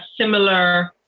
similar